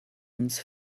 uns